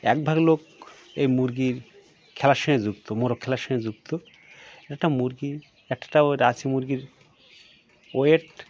এক ভাগ লোক এই মুরগির খেলার সঙ্গে যুক্ত মোরগ খেলার সঙ্গে যুক্ত একটা মুরগির একটা ও রাঁচি মুরগির ওয়েট